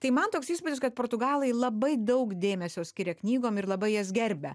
tai man toks įspūdis kad portugalai labai daug dėmesio skiria knygom ir labai jas gerbia